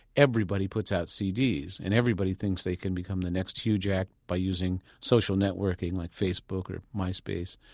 everybody puts out cds and everybody thinks they can become the next huge act by using social networking like facebook or myspace.